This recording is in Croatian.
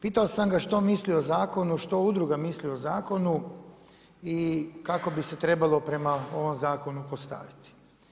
Pitao sam da što misli o zakonu, što udruga misli o zakonu i kako bi se trebalo prema ovom zakonu postaviti.